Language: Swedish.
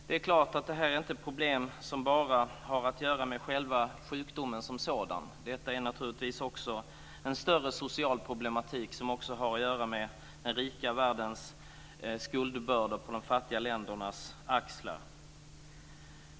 Det här är inte ett problem som bara har att göra med själva sjukdomen som sådan. Detta är naturligtvis också en större social problematik som har att göra med den rika världens skuldbörda på de fattiga ländernas axlar.